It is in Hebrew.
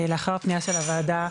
לאחר הפנייה של הוועדה,